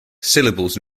syllables